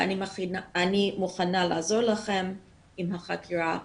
אני מוכנה לעזור לכם עם החקירה.